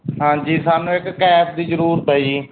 ਹਾਂਜੀ ਸਾਨੂੰ ਇੱਕ ਕੈਬ ਦੀ ਜ਼ਰੂਰਤ ਹੈ ਜੀ